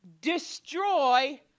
destroy